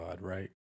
right